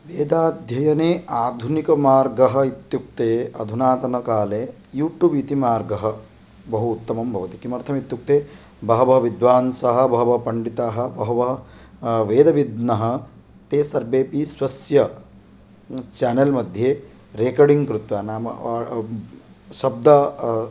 वेदाध्ययने आधुनिकमार्गः इत्युक्ते अधुनातनकाले यूट्यूब् इति मार्गः बहु उत्तमं भवति किमर्थम् इत्युक्ते बहवः विद्वांसः बहवः पण्डिताः बहवः वेदविद्नः ते सर्वेपि स्वस्य चेनल् मध्ये रेकर्डिङ्ग् कृत्वा नाम शब्द